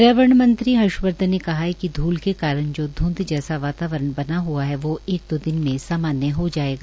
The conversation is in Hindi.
पर्यावरण मंत्री हर्षवर्धन ने कहा है कि धूल के कारण जो धूंध जैसा वातावरण बना हआ है वोह एक दो दिन में सामान्य हो जायेगा